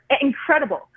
incredible